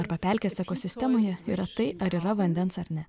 arba pelkės ekosistemai yra tai ar yra vandens ar ne